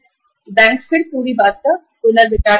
तो बैंक पूरी बात पर फिर से विचार करेगा